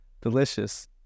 delicious